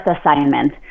assignment